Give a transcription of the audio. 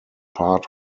part